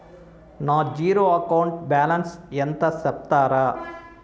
నా zero account balance ఎంతో సెప్తారా?